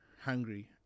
hungry